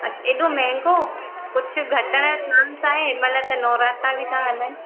अच ऐॾो महांगो कुझु घटण जो चांस आहे हिनमहिल त नवरात्रा बि था हलनि